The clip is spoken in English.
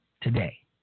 Today